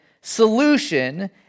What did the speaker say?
solution